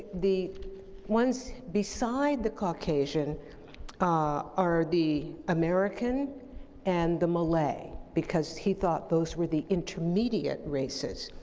the ones beside the caucasian ah are the american and the malay because he thought those were the intermediate races.